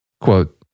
Quote